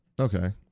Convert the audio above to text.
Okay